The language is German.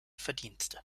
verdienste